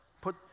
put